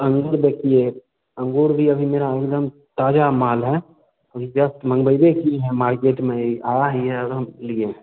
अंगूर देखिए अंगूर भी अभी मेरा एक दम ताज़ा माल है अभी जस्ट मँगवाए किए हैं मार्केट में आया ही है और हम लिए हैं